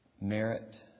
merit